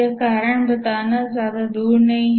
यह कारण बताना ज्यादा दूर नहीं है